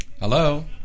hello